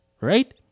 right